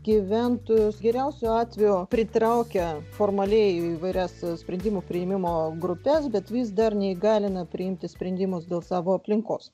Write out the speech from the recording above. gyventojus geriausiu atveju pritraukia formaliai įvairias sprendimų priėmimo grupes bet vis dar neįgalina priimti sprendimus dėl savo aplinkos